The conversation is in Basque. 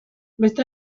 beste